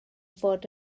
fod